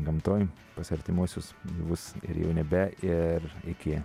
gamtoj pas artimuosius gyvus ir jau nebe ir iki